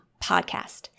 podcast